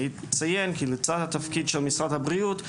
כי לצד התפקיד של משרד הבריאות,